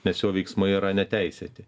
nes jo veiksmai yra neteisėti